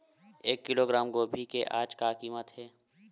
एक किलोग्राम गोभी के आज का कीमत हे?